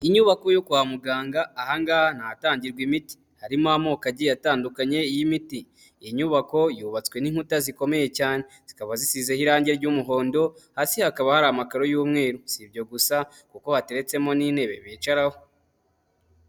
Inyubako yo kwa muganga, ahangaha n’ahatangirwa imiti. Harimo amoko agiye atandukanye y'imiti. Iyi nyubako yubatswe n'inkuta zikomeye cyane, zikaba zisizeho irangi ry'umuhondo, hasi hakaba hari amakaro y'umweru. Sibyo gusa kuko hateretsemo n'intebe bicaraho.